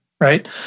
right